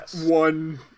one